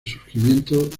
surgimiento